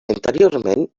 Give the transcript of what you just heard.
interiorment